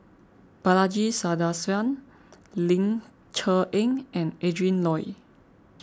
Balaji Sadasivan Ling Cher Eng and Adrin Loi